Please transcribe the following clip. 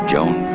Joan